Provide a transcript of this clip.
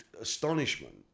astonishment